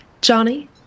Johnny